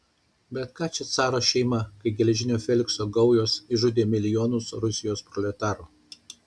bet ką čia caro šeima kai geležinio felikso gaujos išžudė milijonus rusijos proletarų